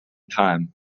time